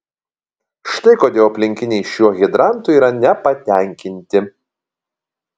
štai kodėl aplinkiniai šiuo hidrantu yra nepatenkinti